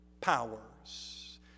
powers